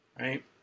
right